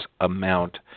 amount